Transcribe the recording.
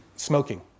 Smoking